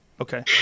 Okay